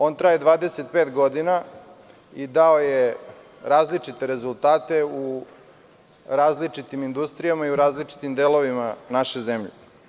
On traje 22 godine i dao je različite rezultate u različitim industrijama i u različitim delovima naše zemlje.